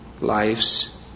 lives